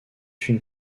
une